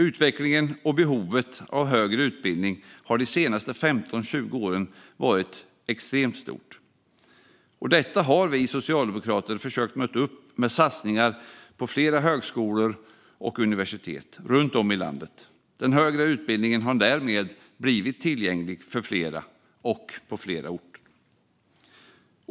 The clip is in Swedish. Utvecklingen och behovet av högre utbildning har de senaste 15-20 åren varit extremt stort, och detta har vi socialdemokrater försökt möta med satsningar på fler högskolor och universitet runt om i landet. Den högre utbildningen har därmed blivit tillgänglig för fler och på fler orter.